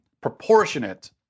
proportionate